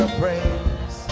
praise